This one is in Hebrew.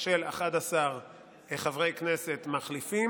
של 11 חברי כנסת מחליפים.